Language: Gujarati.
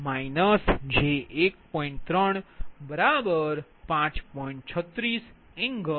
82 j0